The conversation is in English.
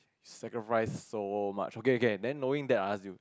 sacrifice so much okay okay then knowing that I ask you